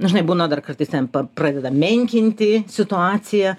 dažnai būna dar kartais ten pa pradeda menkinti situaciją